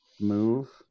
move